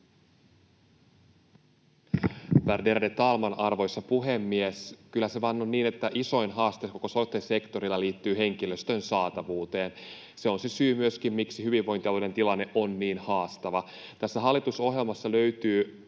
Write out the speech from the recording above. Värderade talman, arvoisa puhemies! Kyllä se vain on niin, että isoin haaste koko sote-sektorilla liittyy henkilöstön saatavuuteen. Se on myöskin se syy, miksi hyvinvointialueiden tilanne on niin haastava. Hallitusohjelmasta löytyy